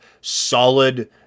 solid